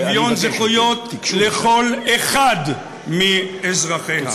שוויון זכויות לכל אחד מאזרחיה.